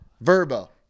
Verbo